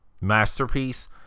Masterpiece